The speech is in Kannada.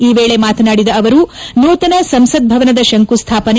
ಈ ವೇಳೆ ಮಾತನಾಡಿದ ಅವರು ನೂತನ ಸಂಸತ್ ಭವನದ ಶಂಕುಸ್ನಾಪನೆ